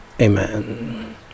Amen